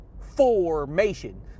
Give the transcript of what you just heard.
formation